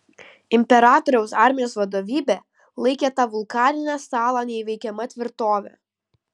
imperatoriaus armijos vadovybė laikė tą vulkaninę salą neįveikiama tvirtove